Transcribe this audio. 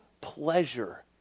pleasure